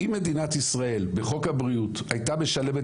אם מדינת ישראל בחוק הבריאות הייתה משלמת